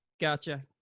Gotcha